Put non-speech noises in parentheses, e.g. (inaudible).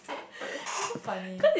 (breath) it's so funny